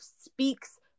speaks